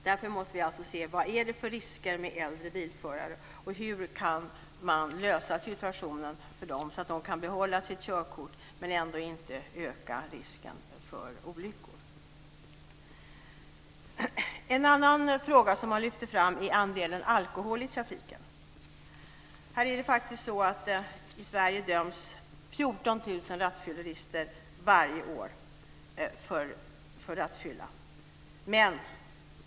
Därför måste vi se vad det är för risker med äldre bilförare och hur man kan lösa situationen för dem så att de kan behålla sitt körkort men ändå inte öka risken för olyckor. En annan fråga som man lyfter fram är andelen alkohol i trafiken. I Sverige döms 14 000 rattfyllerister varje år.